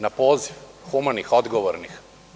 Na poziv, humanih, odgovornih.